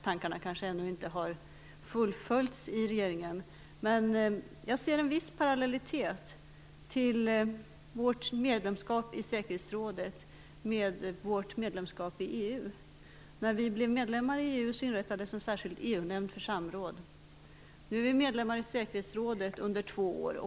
Tankarna kanske ännu inte har fullföljts i regeringen. Jag ser en viss parallellitet mellan vårt medlemskap i säkerhetsrådet och vårt medlemskap i EU. När vi blev medlemmar i EU inrättades en särskild EU-nämnd för samråd. Nu är vi medlemmar i säkerhetsrådet under två år.